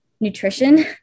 nutrition